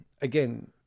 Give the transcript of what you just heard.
again